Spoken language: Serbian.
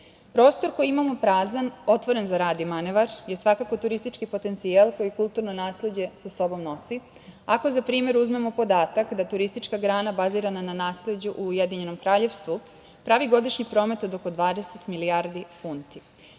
koji imamo prazan, otvoren za rad i manevar je svakako turistički potencijal koji kulturno nasleđe sa sobom nosi, ako za primer uzmemo podatak da turistička grana bazirana na nasleđu u Ujedinjenom kraljevstvu pravi godišnji promet od oko 20 milijardi funti.